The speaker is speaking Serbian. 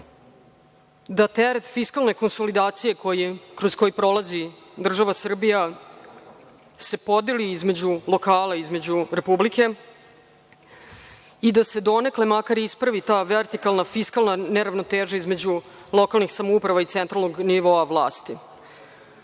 da teret fiskalne konsolidacije kroz koji prolazi država Srbija se podeli između lokala, između Republike i da se donekle makar ispravi ta vertikalna fiskalna neravnoteža između lokalnih samouprava i centralnog nivoa vlasti.